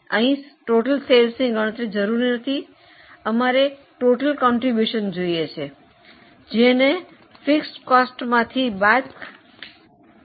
અમારે સંપૂર્ણ ફાળો જોઈએ છે જેને સ્થિર ખર્ચ માંથી બાદ કરો